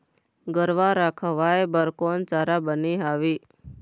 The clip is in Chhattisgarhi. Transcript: गरवा रा खवाए बर कोन चारा बने हावे?